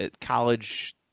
college